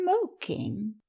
smoking